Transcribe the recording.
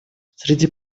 среди